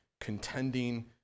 contending